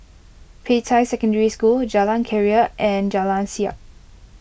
Peicai Secondary School Jalan Keria and Jalan Siap